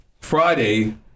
Friday